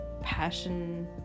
passion